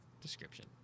description